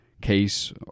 case